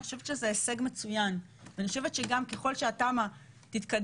אני חושבת שזה הישג מצוין ואני חושבת שגם ככל שהתמ"א תתקדם,